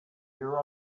here